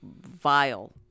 vile